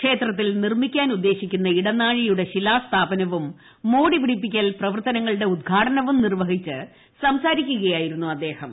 ക്ഷേത്രത്തിൽ നിർമ്മിക്കാൻ ഉൾദ്ദശിക്കുന്ന ഇടനാഴിയുടെ ശിലാസ്ഥാപനവും മോട്ടിപ്പിടിപ്പിക്കൽ പ്രവർത്തനങ്ങളുടെ ഉദ്ഘാടനവും നിർവ്വഹിച്ച് സ്ംസാരിക്കുകയായിരുന്നു അദ്ദേഹം